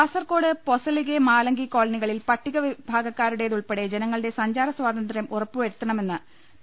കാസർകോട് പൊസളിഗെ മാലങ്കി കോളനികളിൽ പട്ടിക വിഭാഗക്കാരുടേതുൾപ്പെടെ ജനങ്ങളുടെ സഞ്ചാര സ്വാതന്ത്ര്യം ഉറ പ്പുവരുത്തണമെന്ന് പി